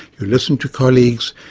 you listen to colleagues,